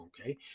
okay